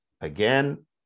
Again